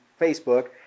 Facebook